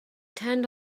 turned